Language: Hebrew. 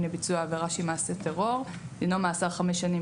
לביצוע עבירה שהיא מעשה טרור - דינו מאסר חמש שנים".